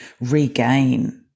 regain